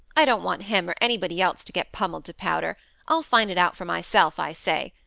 i don't want him, or anybody else to get pummelled to powder i'll find it out for myself, i say.